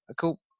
cool